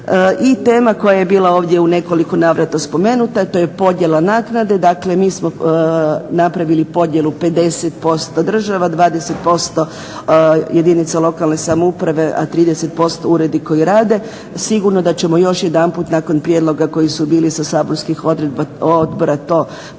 I tema koja je bila ovdje u nekoliko navrata spomenuta to je podjela naknade. Dakle, mi smo napravili podjelu 50% država, 20% jedinica lokalne samouprave, a 30% uredi koji rade. Sigurno da ćemo još jedanput nakon prijedloga koji su bili sa saborskih odbora to promisliti